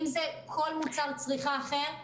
אם זה כל מוצר צריכה אחר,